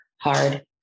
hard